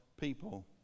people